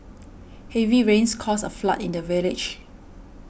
heavy rains caused a flood in the village